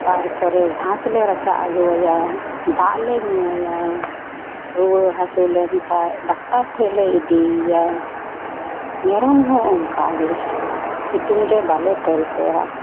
ᱛᱟᱨᱯᱚᱨᱮ ᱜᱷᱟᱸᱥ ᱞᱮ ᱨᱟᱪᱟᱜ ᱟᱹᱜᱩᱣᱟᱭᱟ ᱫᱟᱜ ᱞᱮ ᱧᱩᱣᱟᱭᱟ ᱨᱩᱣᱟᱹ ᱦᱟᱹᱥᱩ ᱞᱮᱱᱠᱷᱟᱱ ᱰᱟᱠᱴᱟᱨ ᱴᱷᱮᱱ ᱞᱮ ᱤᱫᱤᱭᱮᱭᱟ ᱢᱮᱨᱚᱢ ᱦᱚᱸ ᱚᱱᱠᱟ ᱜᱮ ᱥᱤᱛᱩᱝ ᱨᱮ ᱵᱟᱞᱮ ᱛᱚᱞ ᱠᱚᱣᱟ